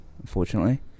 unfortunately